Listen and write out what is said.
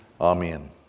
Amen